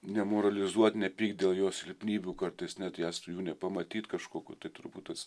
nemoralizuot nepykt dėl jo silpnybių kartais net jas jų nepamatyt kažkokių tai turbūt tas